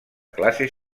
classes